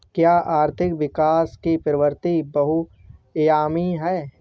क्या आर्थिक विकास की प्रवृति बहुआयामी है?